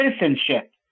citizenship